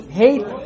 hate